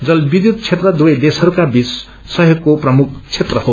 जल विद्युत क्षेत्र दुवै देशहरूका बीच सहयोगको प्रमुख क्षेत्र हो